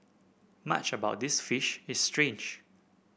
much about this fish is strange